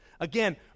Again